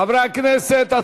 חברי הכנסת,